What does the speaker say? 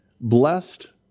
blessed